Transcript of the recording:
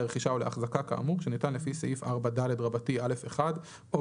לרכישה או להחזקה כאמור שניתן לפי סעיף 4ד(א1) או